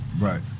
Right